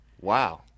Wow